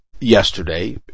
yesterday